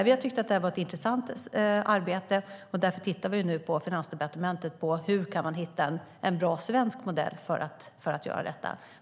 Vi tycker att det har varit ett intressant arbete, och därför tittar vi på Finansdepartementet hur vi kan hitta en bra svensk modell för det.